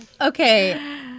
okay